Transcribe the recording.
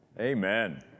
Amen